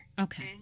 Okay